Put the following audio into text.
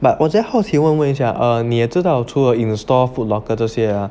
but 我觉得好奇问问一下 err 你也知道除了 in store foot locker 这些 ah